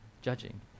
judging